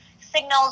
signals